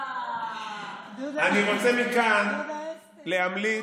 אני רוצה מכאן להמליץ,